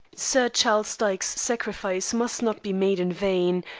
sir charles dyke's sacrifice must not be made in vain,